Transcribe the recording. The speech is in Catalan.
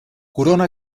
corona